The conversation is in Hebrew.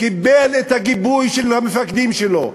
קיבל את הגיבוי של המפקדים שלו,